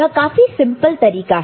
यह काफी सिंपल तरीका है